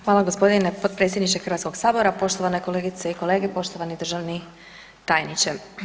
Hvala g. potpredsjedniče Hrvatskog sabora, poštovane kolegice i kolege, poštovani državni tajniče.